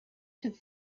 should